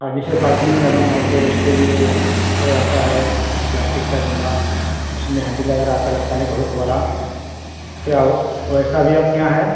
हाँ जैसे बालकोनी में लगाना हो तो उसके लिए को आता है प्लाटिक का गमला जिसमें हैंडिल लगा रहता है लटकाने को हुक वाला क्या वो वैसा भी आपके यहाँ है